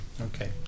Okay